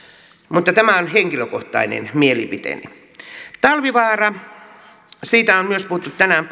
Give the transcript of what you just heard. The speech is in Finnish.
mutta tämä on henkilökohtainen mielipiteeni talvivaara siitä on myös puhuttu tänään